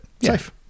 safe